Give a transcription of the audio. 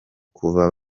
kuva